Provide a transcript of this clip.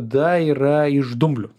tada yra iš dumblių